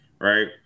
right